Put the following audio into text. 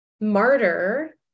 martyr